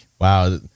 wow